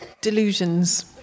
delusions